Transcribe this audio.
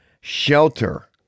shelter